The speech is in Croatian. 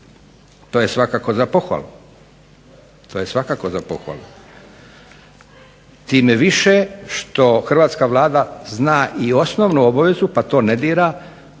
To je svakako za pohvalu. Tim više što Hrvatska vlada zna i osnovnu obavezu pa to ne dira